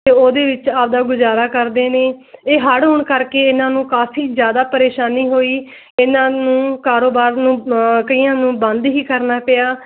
ਅਤੇ ਉਹਦੇ ਵਿੱਚ ਆਪਦਾ ਗੁਜ਼ਾਰਾ ਕਰਦੇ ਨੇ ਇਹ ਹੜ੍ਹ ਆਉਣ ਕਰਕੇ ਇਹਨਾਂ ਨੂੰ ਕਾਫੀ ਜ਼ਿਆਦਾ ਪਰੇਸ਼ਾਨੀ ਹੋਈ ਇਹਨਾਂ ਨੂੰ ਕਾਰੋਬਾਰ ਨੂੰ ਕਈਆਂ ਨੂੰ ਬੰਦ ਹੀ ਕਰਨਾ ਪਿਆ